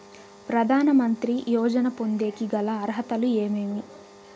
ప్రధాన మంత్రి యోజన పొందేకి గల అర్హతలు ఏమేమి?